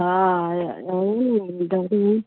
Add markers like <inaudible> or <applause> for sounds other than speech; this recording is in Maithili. हँ <unintelligible>